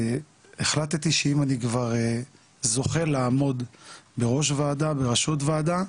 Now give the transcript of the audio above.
החלטתי שאם אני כבר זוכה לעמוד בראש ועדה בראשות ועדה,